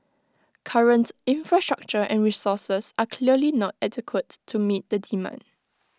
current infrastructure and resources are clearly not adequate to meet the demand